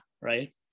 right